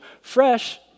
fresh